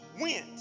went